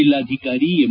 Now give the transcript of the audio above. ಜಿಲ್ಲಾಧಿಕಾರಿ ಎಂ